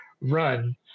run